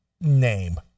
name